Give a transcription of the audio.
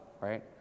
right